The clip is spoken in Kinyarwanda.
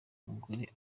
umugore